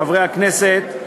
חברי הכנסת,